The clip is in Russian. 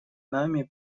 нами